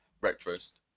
breakfast